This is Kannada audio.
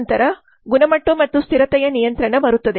ನಂತರ ಗುಣಮಟ್ಟ ಮತ್ತು ಸ್ಥಿರತೆಯ ನಿಯಂತ್ರಣ ಬರುತ್ತದೆ